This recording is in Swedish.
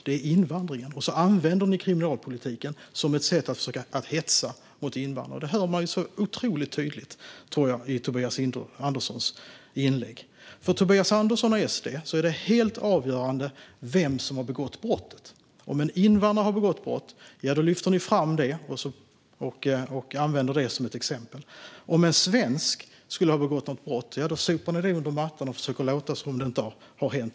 Det är invandringen, och så använder ni kriminalpolitiken som ett sätt att försöka hetsa mot invandrare. Det hör man så otroligt tydligt i Tobias Anderssons inlägg. För Tobias Andersson och SD är det helt avgörande vem som har begått brottet. Om en invandrare har begått brott, ja, då lyfter ni fram det och använder det som ett exempel. Om en svensk har begått brott, ja, då sopar ni det under mattan och försöker låta som om det inte har hänt.